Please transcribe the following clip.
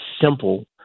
simple